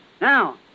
Now